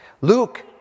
Luke